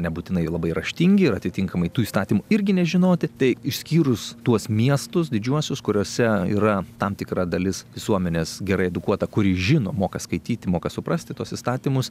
nebūtinai labai raštingi ir atitinkamai tų įstatymų irgi nežinoti tai išskyrus tuos miestus didžiuosius kuriuose yra tam tikra dalis visuomenės gerai edukuota kuri žino moka skaityti moka suprasti tuos įstatymus